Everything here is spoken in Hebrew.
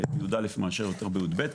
ובי"א יותר מאשר בי"ב.